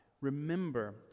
Remember